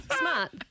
Smart